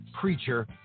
preacher